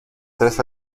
tres